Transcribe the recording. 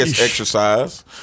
exercise